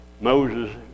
Moses